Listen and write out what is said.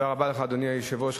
אדוני היושב-ראש,